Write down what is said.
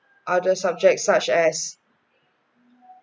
other subjects such as